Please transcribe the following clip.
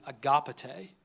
agapete